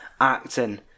acting